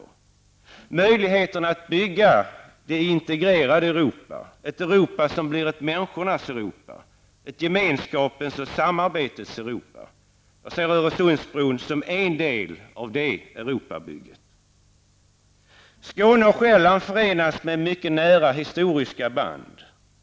Det gäller möjligheterna att bygga det integrerade Europa, ett Europa som blir ett människornas Europa, ett gemenskapens och samarbetets Europa. Jag ser Öresundsbron som en del av det Skåne och Själland förenas med mycket nära historiska band.